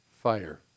fire